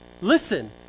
Listen